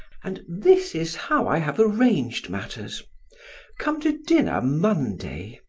and this is how i have arranged matters come to dinner monday.